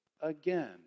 again